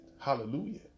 Hallelujah